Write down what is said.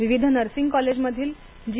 विविध नर्सिंग कॉलेजमधील जी